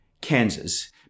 Kansas